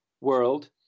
world